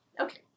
Okay